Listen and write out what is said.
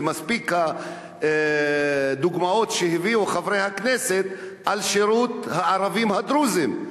ומספיקות הדוגמאות שהביאו חברי הכנסת על שירות הערבים הדרוזים.